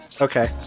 Okay